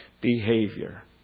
behavior